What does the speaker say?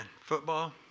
football